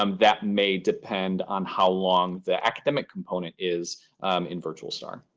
um that may depend on how long the academic component is in virtual star?